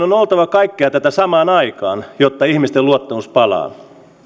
on oltava kaikkea tätä samaan aikaan jotta ihmisten luottamus palaa